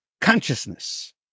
consciousness